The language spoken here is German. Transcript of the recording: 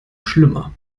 schlimmer